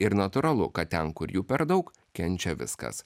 ir natūralu kad ten kur jų per daug kenčia viskas